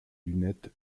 lunettes